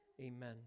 amen